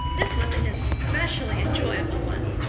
this was an especially enjoyable one.